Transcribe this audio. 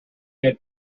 had